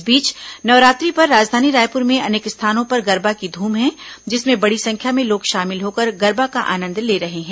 इस बीच नवरात्रि पर राजधानी रायपुर में अनेक स्थानों पर गरबा की धूम है जिसमें बड़ी संख्या में लोग शामिल होकर गरबा का आनंद ले रहे हैं